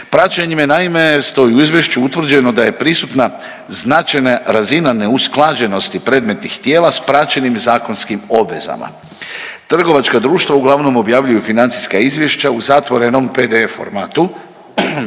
praćenjima naime stoji u izvješću je utvrđeno da je prisutna značajna razina neusklađenosti predmetnih tijela s praćenim zakonskim obvezama. Trgovačka društva uglavnom objavljuju financijska izvješća u zatvorenom PDF formatu